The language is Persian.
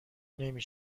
نمی